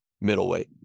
middleweight